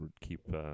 keep